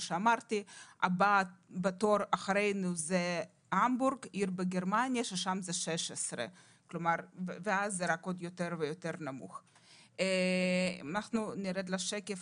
הבאה בתור זו המבורג בגרמניה שם יש 16. השקף